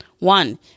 One